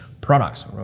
products